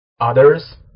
others